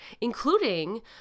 including